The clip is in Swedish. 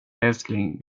älskling